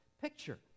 picture